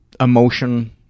emotion